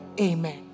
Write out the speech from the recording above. Amen